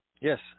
Yes